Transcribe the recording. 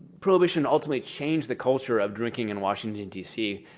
prohibition ultimately changed the culture of drinking in washington, d c.